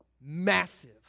Massive